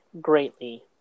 greatly